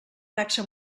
taxa